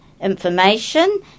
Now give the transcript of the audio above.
Information